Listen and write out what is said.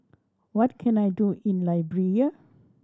what can I do in Liberia